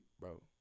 bro